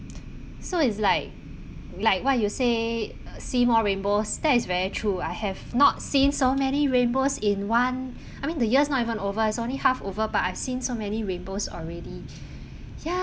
so is like like what you say see more rainbows that is very true I have not seen so many rainbows in one I mean the year is not even over is only half over but I've seen so many rainbows already ya